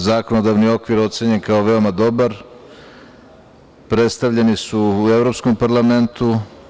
Zakonodavni okvir je ocenjen kao veoma dobar, predstavljeni su u Evropskom parlamentu.